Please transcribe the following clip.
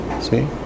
See